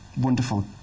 wonderful